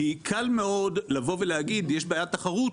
כי קל מאוד לבוא ולהגיד יש בעיית תחרות,